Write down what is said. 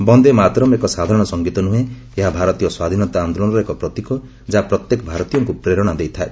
ବନ୍ଦେ ମାତରମ୍ ଏକ ସାଧାରଣ ସଙ୍ଗୀତ ନୁହେଁ ଏହା ଭାରତୀୟ ସ୍ୱାଧୀନତା ଆନ୍ଦୋଳନର ଏକ ପ୍ରତୀକ ଯାହା ପ୍ରତ୍ୟେକ ଭାରତୀୟଙ୍କୁ ପ୍ରେରଣା ଦେଇଥାଏ